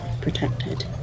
protected